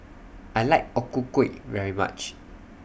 I like O Ku Kueh very much